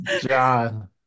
John